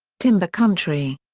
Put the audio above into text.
timber country.